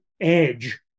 edge